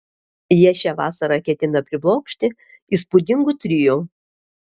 jie šią vasarą ketina priblokšti įspūdingu trio